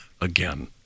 again